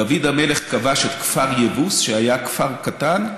דוד המלך כבש את כפר יבוס, שהיה כפר קטן,